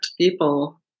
people